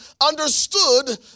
understood